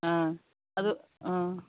ꯑꯥ ꯑꯗꯨ ꯑꯥ